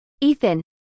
Ethan